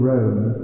Rome